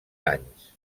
anys